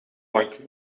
van